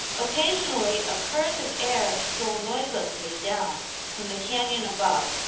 occasionally a current of air stole noiselessly down from the canyon above,